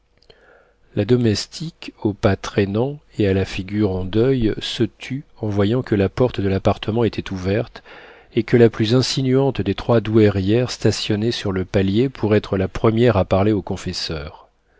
la domestique au pas traînant et à la figure en deuil se tut en voyant que la porte de l'appartement était ouverte et que la plus insinuante des trois douairières stationnait sur le palier pour être la première à parler au confesseur